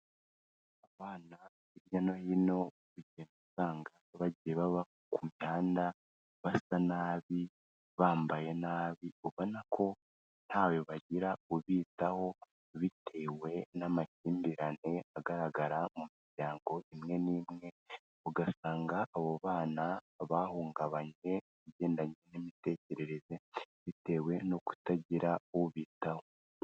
Abana hirya no hino ujya usanga bagiye baba ku mihanda, basa nabi, bambaye nabi, ubona ko ntawe bagira ubitaho bitewe n'amakimbirane agaragara mu miryango imwe n'imwe, ugasanga abo bana bahungabanye bigendanye n'imitekerereze, bitewe no kutagira ubitaho.